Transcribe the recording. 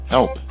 Help